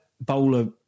Bowler